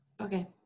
Okay